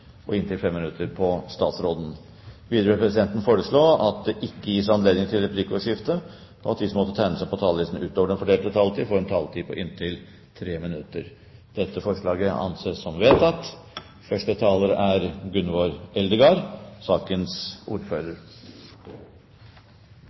og inntil 5 minutter til statsråden. Videre vil presidenten foreslå at det ikke gis anledning til replikkordskifte, og at de som måtte tegne seg på talerlisten utover den fordelte taletid, får en taletid på inntil 3 minutter. – Det anses vedtatt. Bakgrunnen for denne saken er den generelle ordningen med momskompensasjon som